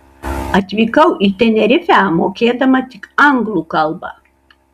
atvykau į tenerifę mokėdama tik anglų kalbą